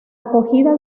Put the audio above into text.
acogida